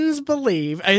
believe